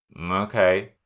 Okay